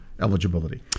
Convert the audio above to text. eligibility